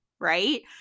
right